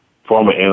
former